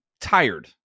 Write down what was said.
tired